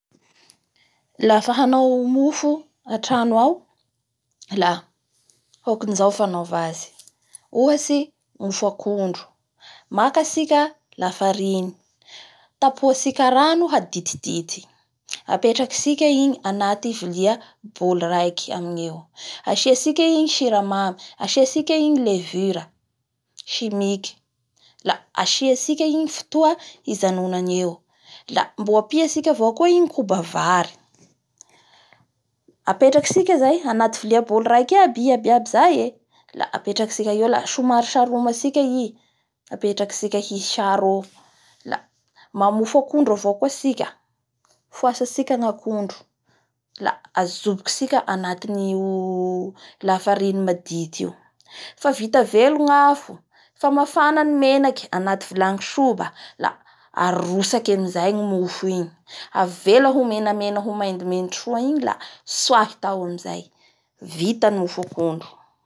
Lafa hanao mofo atrano ao, hokan'izao fanaova azy. Ohatsy mofo akondro: maka tsika lafariny tapohatsika rano haditidity apetraky tsika igny anty vilai boly raiky eo. Asiantsika igny siramamy, asiantsika igny levure simiky, la asiatsika igny fotoa ijanonany eo. La mbola apiantsika avao koa igny koba vary apetraky tsika zay anaty vilia boly raiky aby i abiaby zaye. La apetrakitsika eo la somary saromatsika i apetrakitsika hisy saro eo la mamofy akondro avao koa tsika. Foasantsika ny akondro ila ajoboky tsika antin'io afariny madity iofa vita veo ny afo fa mafana ny menaky anaty viany soba la arotsaky amizay ny mofo igny. Avela ho menamena ho maindomaindo soa igny la tsoay tao amizay, vita ny mofo akondro.